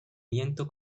viento